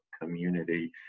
community